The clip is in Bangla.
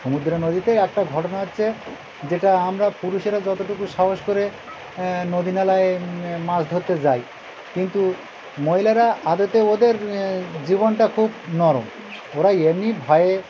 সমুদ্রে নদীতে একটা ঘটনা হচ্ছে যেটা আমরা পুরুষেরা যতটুকু সাহস করে নদী নালায় মাছ ধরতে যাই কিন্তু মহিলারা আদতে ওদের জীবনটা খুব নরম ওরা এমনি ভয়ে